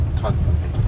constantly